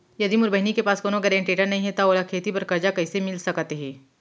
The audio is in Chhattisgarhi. यदि मोर बहिनी के पास कोनो गरेंटेटर नई हे त ओला खेती बर कर्जा कईसे मिल सकत हे?